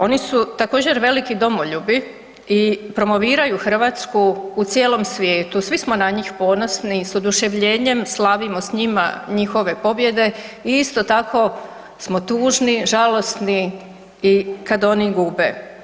Oni su također veliki domoljubi i promoviraju Hrvatsku u cijelom svijetu, svi smo na njih ponosni s oduševljenjem slavimo s njima njihove pobjede i isto tako smo tužni, žalosni kad oni gube.